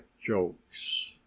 jokes